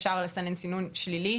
אפשר לסנן סינון שלילי,